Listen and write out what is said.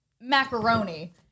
macaroni